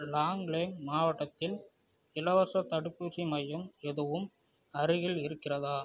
லாங்லேங் மாவட்டத்தில் இலவசத் தடுப்பூசி மையம் எதுவும் அருகில் இருக்கிறதா